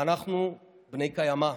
ואנחנו בני קיימא,